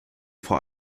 vor